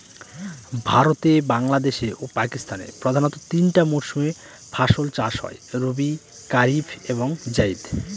ভারতে বাংলাদেশে ও পাকিস্তানে প্রধানত তিনটা মরসুমে ফাসল চাষ হয় রবি কারিফ এবং জাইদ